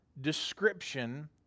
description